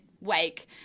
wake